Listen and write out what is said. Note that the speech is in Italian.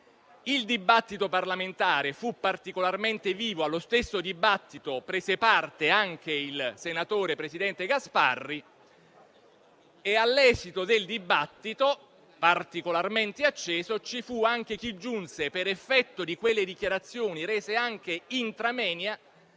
Il dibattito parlamentare fu particolarmente vivo e allo stesso prese parte anche il senatore presidente Gasparri. All'esito di tale dibattito, particolarmente acceso, ci fu anche chi giunse, per effetto di quelle dichiarazioni, rese anche *intramoenia*,